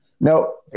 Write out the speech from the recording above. No